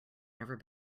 never